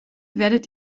werdet